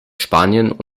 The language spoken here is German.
spanien